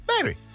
baby